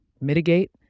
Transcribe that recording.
mitigate